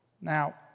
Now